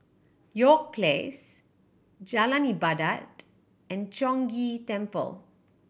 York Place Jalan Ibadat and Chong Ghee Temple